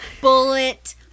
bullet